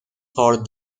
for